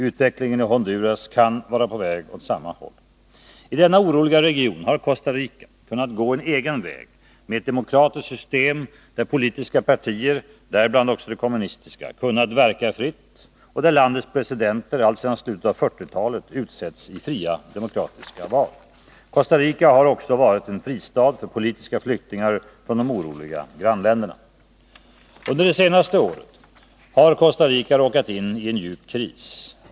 Utvecklingen i Honduras kan vara på väg åt samma håll. I denna oroliga region har Costa Rica kunnat gå en egen väg med ett demokratiskt system där politiska partier — däribland också det kommunis tiska — kunnat verka fritt, och där landets presidenter alltsedan slutet av Nr 124 1940-talet utsetts i fria demokratiska val. Costa Rica har också varit en fristad Måndagen den för politiska flyktingar från de oroliga grannländerna. 27 april 1981 Under det senaste året har Costa Rica råkat in i en djup kris.